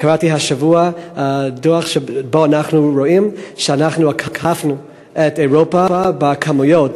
אני קראתי השבוע דוח שבו אנחנו רואים שאנחנו עקפנו את אירופה בכמויות,